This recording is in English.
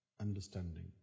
understanding